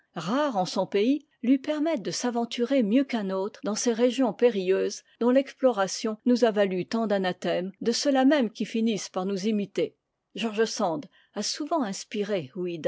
rare en son pays lui permettent de s'aventurer mieux qu'un autre dans ces régions périlleuses dont l'exploration nous a valu tant d'anathèmes de ceux-là même qui finissent par nous imiter george sand a souvent inspiré